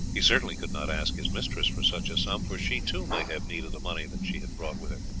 he certainly could not ask his mistress for such a sum, for she too might have need of the money that she had brought with her.